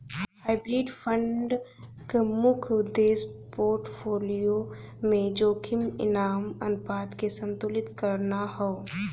hybrid fund क मुख्य उद्देश्य पोर्टफोलियो में जोखिम इनाम अनुपात के संतुलित करना हौ